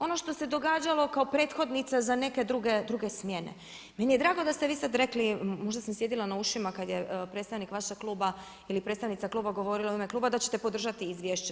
Ono što se događalo kao prethodnica za neke druge smjene, meni je drago što ste vi sad rekli, možda sam sjedila na ušima, kad je predstavnik vašeg kluba ili predstavnica kluba govorila u ime kluba, da ćete podržati izvješće.